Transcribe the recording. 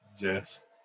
yes